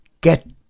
get